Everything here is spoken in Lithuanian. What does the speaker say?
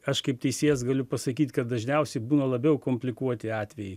aš kaip teisėjas galiu pasakyt kad dažniausiai būna labiau komplikuoti atvejai